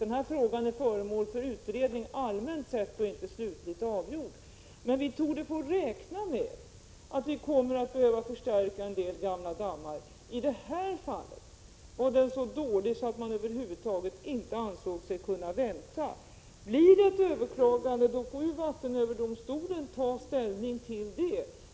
Denna fråga är föremål för utredning allmänt sett och är inte slutligt avgjord. Men vi torde få räkna med att man kommer att behöva förstärka en del gamla dammar. I detta fall var dammen så dålig att man över huvud taget inte ansåg sig kunna vänta. Blir det ett överklagande får vattenöverdomstolen ta ställning till det.